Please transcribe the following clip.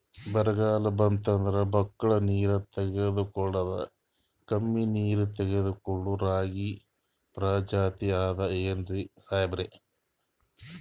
ಬರ್ಗಾಲ್ ಬಂತಂದ್ರ ಬಕ್ಕುಳ ನೀರ್ ತೆಗಳೋದೆ, ಕಮ್ಮಿ ನೀರ್ ತೆಗಳೋ ರಾಗಿ ಪ್ರಜಾತಿ ಆದ್ ಏನ್ರಿ ಸಾಹೇಬ್ರ?